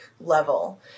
level